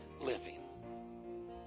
living